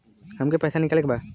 हमके पैसा निकाले के बा